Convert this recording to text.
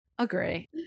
Agree